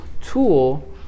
tool